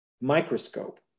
microscope